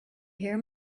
hear